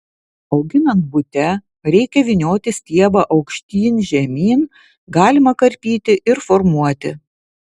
auginant bute reikia vynioti stiebą aukštyn žemyn galima karpyti ir formuoti